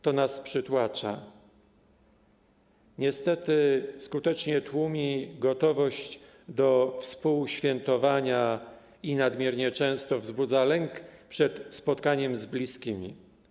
To nas przytłacza, niestety skutecznie tłumi gotowość do współświętowania i często nadmiernie wzbudza lęk przed spotkaniem z bliskimi.